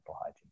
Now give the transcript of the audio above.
hygiene